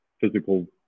physical